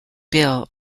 bill